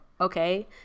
okay